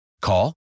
Call